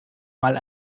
mal